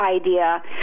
idea